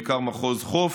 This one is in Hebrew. בעיקר מחוז חוף.